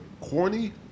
corny